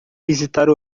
visitar